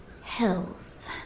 health